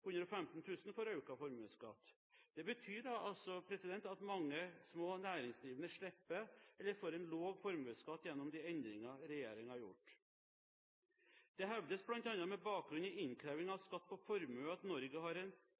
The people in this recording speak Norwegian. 000 får økt formuesskatt. Det betyr at mange små næringsdrivende slipper eller får en lav formuesskatt gjennom de endringer regjeringen har gjort. Det hevdes bl.a. med bakgrunn i innkrevingen av skatt på formue at Norge har en